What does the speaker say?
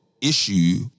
issue